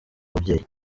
ababyeyi